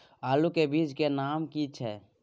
आलू के बीज के नाम की छै?